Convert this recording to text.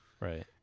Right